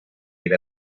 era